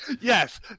Yes